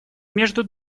между